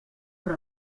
però